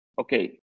okay